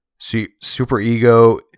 Superego